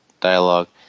dialogue